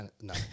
No